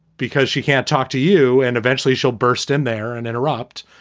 because she can't talk to you and eventually she'll burst in there and interrupt.